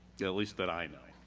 least that i know.